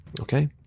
Okay